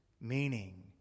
meaning